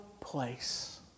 place